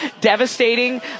devastating